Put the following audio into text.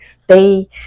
stay